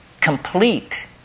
complete